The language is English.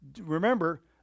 Remember